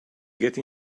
get